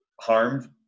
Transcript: harmed